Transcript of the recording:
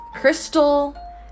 Crystal